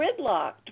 gridlocked